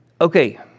Okay